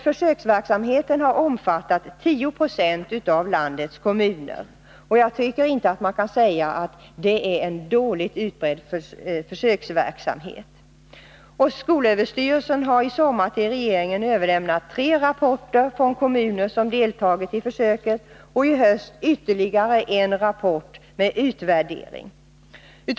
Försöksverksamheten har omfattat 10 26 av landets kommuner, och jag tycker inte man kan säga att det då är dålig bredd på försöksverksamheten. SÖ har i sommar till regeringen överlämnat tre rapporter från kommuner som har deltagit i försöket och i höst ytterligare en rapport med utvärdering.